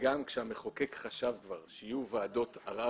שגם כשהמחוקק חשב כבר שיהיו ועדות ערר